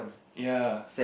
ya